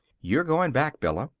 you're goin' back, bella,